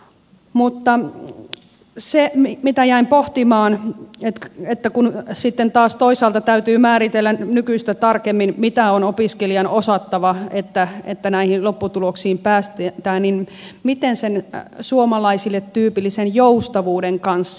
mutta sitä jäin pohtimaan että kun sitten taas toisaalta täytyy määritellä nykyistä tarkemmin mitä on opiskelijan osattava jotta näihin lopputuloksiin päästään niin miten on sen suomalaisille tyypillisen joustavuuden kanssa